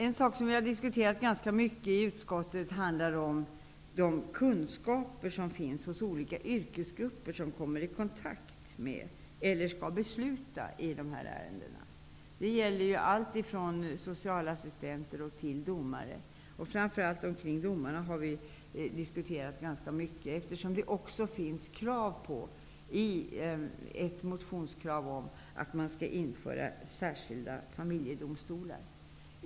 En fråga som har diskuterats ganska mycket i utskottet handlar om de kunskaper som finns hos olika yrkesgrupper som kommer i kontakt med eller skall besluta i dessa ärenden. Det gäller alltifrån socialassistenter till domare. Vi har diskuterat framför allt kring domarna, eftersom det finns ett krav i en motion på att man skall införa särskilda familjedomstolar.